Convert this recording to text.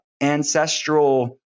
ancestral